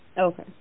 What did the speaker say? Okay